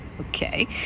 Okay